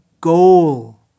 goal